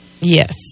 Yes